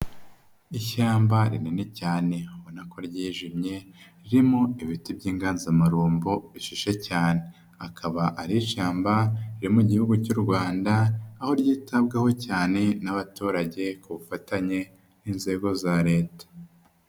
Ishyamba rinini cyane ubona ko ryijimye, ririmo ibiti by'inganzamarumbo bishishe cyane. Akaba ari ishyamba riri mu gihugu cy'u Rwanda, aho ryitabwaho cyane n'abaturage ku bufatanye n'inzego za leta.